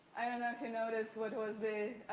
know if you notice what was the,